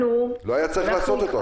לא היה צריך לעשות אותו,